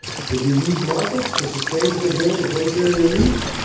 should we use markets to sustain and preserve the great barrier reef?